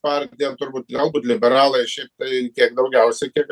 partija turbūt galbūt liberalai šiaip tai tiek daugiausia kiek